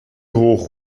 hoch